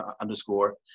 underscore